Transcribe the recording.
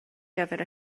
gyfer